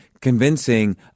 convincing